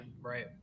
right